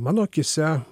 mano akyse